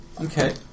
Okay